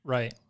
Right